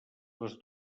les